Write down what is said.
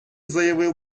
заявив